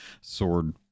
sword